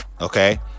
Okay